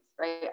right